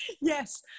Yes